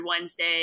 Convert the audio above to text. Wednesday